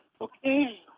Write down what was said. okay